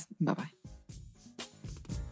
Bye-bye